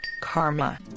karma